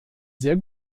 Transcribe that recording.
sehr